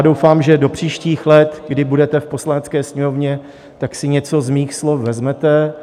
Doufám, že do příštích let, kdy budete v Poslanecké sněmovně, si něco z mých slov vezmete.